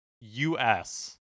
U-S